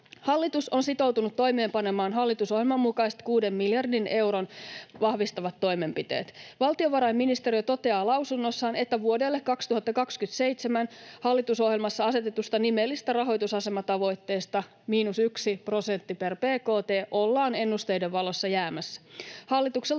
Hallitus on sitoutunut toimeenpanemaan hallitusohjelman mukaiset kuuden miljardin euron vahvistavat toimenpiteet. Valtiovarainministeriö toteaa lausunnossaan, että vuodelle 2027 hallitusohjelmassa asetetusta nimellisestä rahoitusasematavoitteesta, miinus yksi prosentti per bkt, ollaan ennusteiden valossa jäämässä. Hallitukselta